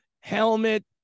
helmet